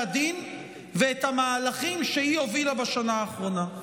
הדין ואת המהלכים שהיא הובילה בשנה האחרונה.